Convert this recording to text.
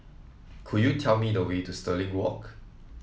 could you tell me the way to Stirling Walk